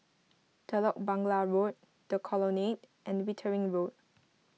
Telok Blangah Road the Colonnade and Wittering Road